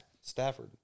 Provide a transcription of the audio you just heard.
Stafford